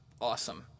Awesome